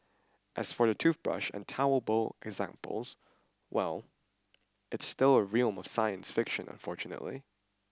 as for the toothbrush and toilet bowl examples well it's still in the realm of science fiction unfortunately